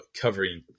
covering